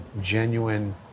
genuine